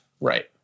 Right